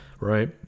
right